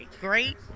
great